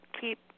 keep